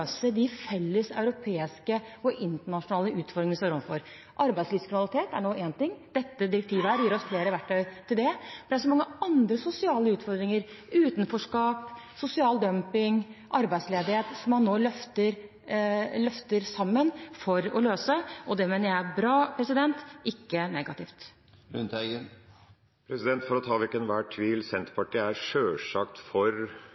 de felles europeiske og internasjonale utfordringene vi står overfor. Arbeidslivskriminalitet er én ting. Dette direktivet gir oss flere verktøy til det. Men det er også mange andre sosiale utfordringer, som utenforskap, sosial dumping, arbeidsledighet, som man nå løfter sammen for å løse. Det mener jeg er bra, ikke negativt. For å ta vekk enhver tvil: Senterpartiet er sjølsagt for